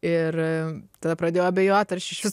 ir tada pradėjau abejot ar aš išvis